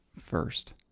first